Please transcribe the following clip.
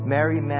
Mary